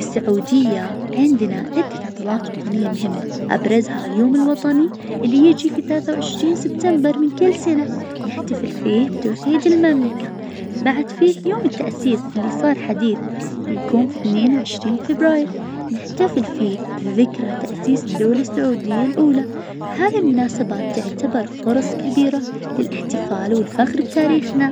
في السعودية عندنا عدة عطلات وطنية مهمة أبرزها اليوم الوطني اللي يجي في ثلاثة وعشرين سبتمبر من كل سنة نحتفل فيه بتوحيد المملكة. بعد فيه يوم التأسيس اللي صار حديث يكون في اثنين وعشرين فبراير نحتفل فيه بذكرى تأسيس الدولة السعودية الأولى. هذي المناسبات تعتبر فرص كبيرة للإحتفال والفخر بتاريخنا.